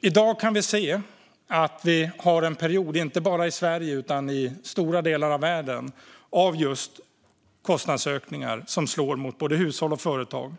I dag kan vi se att vi har en period, inte bara i Sverige utan i stora delar av världen, av just kostnadsökningar som slår mot både hushåll och företag.